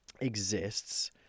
exists